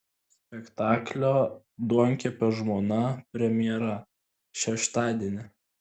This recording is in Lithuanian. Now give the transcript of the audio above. spektaklio duonkepio žmona premjera šeštadienį